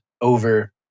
over